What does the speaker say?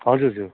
हजुर